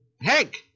Hank